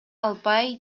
албай